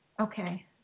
Okay